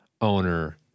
owner